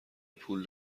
پول